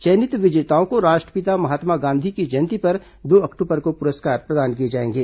चयनित विजेताओं को राष्ट्रपिता महात्मा गांधी की जयंती पर दो अक्टूबर को पुरस्कार प्रदान किए जाएंगे